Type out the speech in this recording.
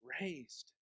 raised